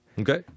Okay